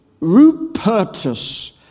Rupertus